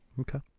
Okay